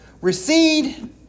recede